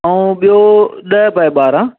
ऐं ॿियों ॾह बाए ॿारहं